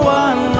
one